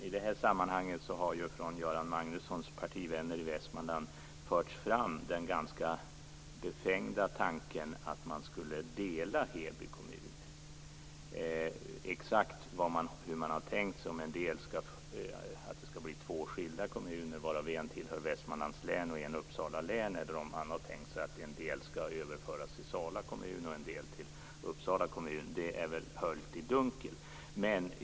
Göran Magnussons partivänner i Västmanland har i det här sammanhanget fört fram en ganska befängd tanke, om en delning av Heby kommun. Exakt hur man har tänkt sig, om det skall bli två skilda kommuner, varav en skall tillhöra Västmanlands län och en Uppsala län, eller om en del skall överföras till Sala kommun och en del till Uppsala kommun, är höljt i dunkel.